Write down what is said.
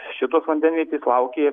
šitos vandenvietės laukė